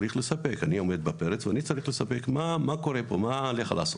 צריך לספק את התשובה לשאלה מה קורה פה ומה עליי לעשות